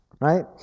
right